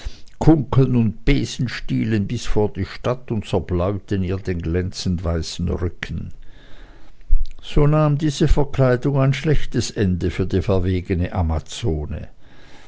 kunkeln und besenstielen bis vor die stadt und zerbleuten ihr den glänzendweißen rücken so nahm diese verkleidung ein schlechtes ende für die verwegene